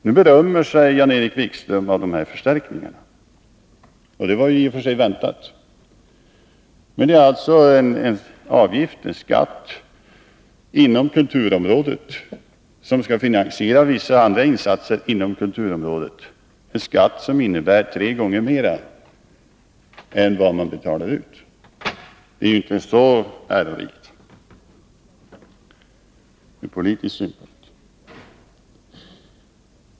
Nu berömmer sig Jan-Erik Wikström av de här förstärkningarna — det var i och för sig väntat. Det är emellertid en skatt, en avgift, inom kulturområdet som är tre gånger större än det som betalas ut, och som skall finansiera vissa andra insatser inom kulturområdet. Det är inte så ärorikt ur politisk synpunkt.